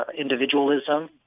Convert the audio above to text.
individualism